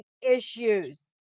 issues